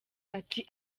ati